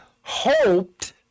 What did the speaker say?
hoped